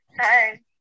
Hi